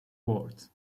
wards